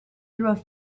through